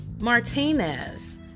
Martinez